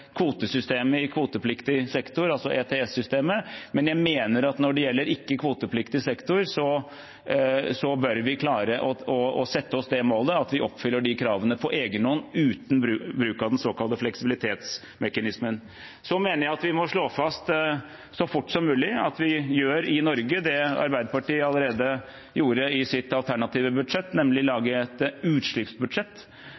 kvotesystemet i kvotepliktig sektor, altså ETS-systemet, men jeg mener at når det gjelder ikke-kvotepliktig sektor, bør vi klare å sette oss det målet at vi oppfyller de kravene på egen hånd uten bruk av den såkalte fleksibilitetsmekanismen. Så mener jeg at vi må slå fast så fort som mulig at vi gjør i Norge det Arbeiderpartiet allerede gjorde i sitt alternative budsjett, nemlig